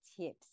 tips